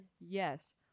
Yes